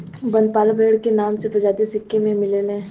बनपाला भेड़ नाम के प्रजाति सिक्किम में मिलेले